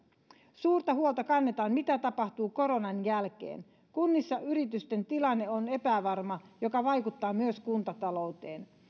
suurta huolta kannetaan siitä mitä tapahtuu koronan jälkeen kunnissa yritysten tilanne on epävarma mikä vaikuttaa myös kuntatalouteen